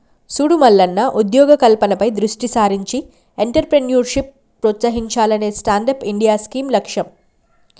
సూడు మల్లన్న ఉద్యోగ కల్పనపై దృష్టి సారించి ఎంట్రప్రేన్యూర్షిప్ ప్రోత్సహించాలనే స్టాండప్ ఇండియా స్కీం లక్ష్యం